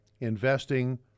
investing